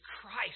Christ